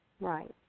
Right